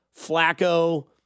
Flacco